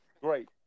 great